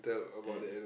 and